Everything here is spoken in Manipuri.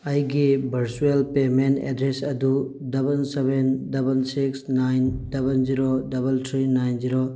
ꯑꯩꯒꯤ ꯚꯔꯆꯨꯌꯦꯜ ꯄꯦꯃꯦꯟ ꯑꯦꯗ꯭ꯔꯦꯁ ꯑꯗꯨ double seven double six nine double zero double three nine zero